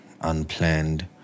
unplanned